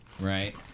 Right